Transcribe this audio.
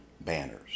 banners